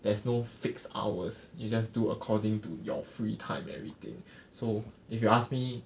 there's no fixed hours you just do according to your free time everything so if you ask me